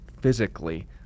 physically